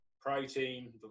protein